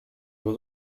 was